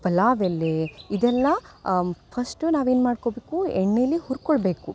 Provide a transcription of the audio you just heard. ಪಲಾವ್ ಎಲೆ ಇದೆಲ್ಲ ಫಸ್ಟು ನಾವೇನು ಮಾಡ್ಕೊಬೇಕು ಎಣ್ಣೆಲ್ಲಿ ಹುರ್ಕೊಳ್ಬೇಕು